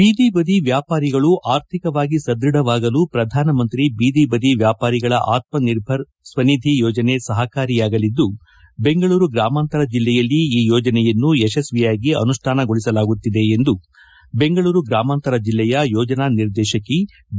ಬೀದಿ ಬದಿ ವ್ಯಾಪಾರಿಗಳು ಆರ್ಥಿಕವಾಗಿ ಸದ್ಯಢವಾಗಲು ಪ್ರಧಾನ ಮಂತ್ರಿ ಬೀದಿ ಬದಿ ವ್ಯಾಪಾರಿಗಳ ಆತ್ಮ ನಿರ್ಬರ್ ಸ್ವನಿಧಿ ಯೋಜನೆ ಸಪಕಾರಿಯಾಗಲಿದ್ದು ಬೆಂಗಳೂರು ಗ್ರಾಮಾಂತರ ಜಿಲ್ಲೆಯಲ್ಲಿ ಈ ಯೋಜನೆಯನ್ನು ಯಶಸ್ವಿಯಾಗಿ ಅನುಷ್ಟಾನಗೊಳಿಸಲಾಗುತ್ತಿದೆ ಎಂದು ಬೆಂಗಳೂರು ಗ್ರಾಮಾಂತರ ಜಿಲ್ಲೆಯ ಯೋಜನಾ ನಿರ್ದೇಶಕಿ ಬಿ